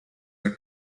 was